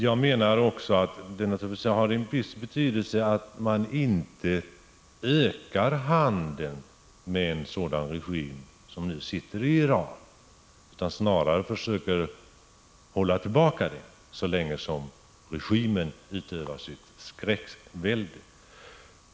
Det har naturligtvis en viss betydelse att man inte ökar handeln med en sådan regim som den i Iran utan snarare försöker hålla tillbaka den så länge regimen utövar sitt skräckvälde.